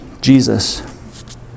Jesus